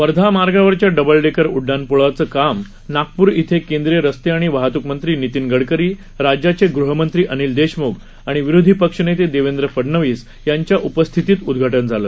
वर्धा मार्गावरच्या double decker उडडाण पुलाचं काल नागपूर इथं केंद्रीय रस्ते आणि वाहतुकमंत्री नितीन गडकरी राज्याचे गहमंत्री अनिल देशमुख आणि विरोधी पक्षनेते देवेंद्र फडणवीस यांच्या उपस्थितीत उदघाटन झालं